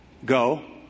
Go